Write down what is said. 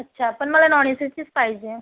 अच्छा पण मला नॉन ए सी चीच पाहिजे आहे